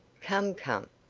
come, come.